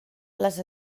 les